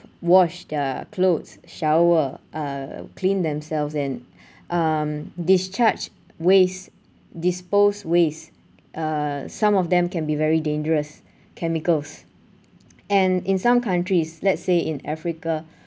wash their clothes shower uh clean themselves in um discharged waste disposed waste err some of them can be very dangerous chemicals and in some countries let's say in africa